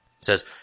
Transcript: says